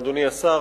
אדוני השר,